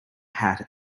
hat